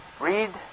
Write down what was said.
Read